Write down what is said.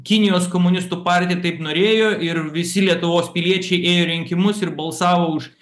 kinijos komunistų partija taip norėjo ir visi lietuvos piliečiai ėjo į rinkimus ir balsavo už